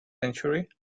century